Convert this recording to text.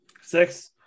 Six